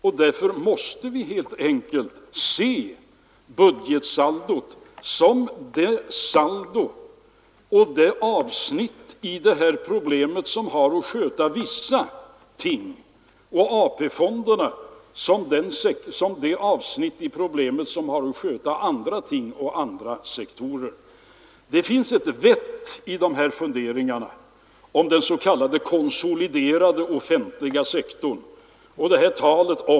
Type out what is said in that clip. Följaktligen måste vi helt enkelt se budgetsaldot såsom det saldo och det avsnitt i det här problemet som har att svara för vissa ting och AP-fonderna såsom det avsnitt som har att svara för andra ting och andra sektorer. Det finns ett vett i de här funderingarna om den s.k. konsoliderade offentliga sektorn.